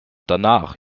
danach